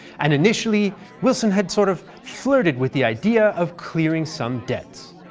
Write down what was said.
and initially wilson had sort of flirted with the idea of clearing some debts.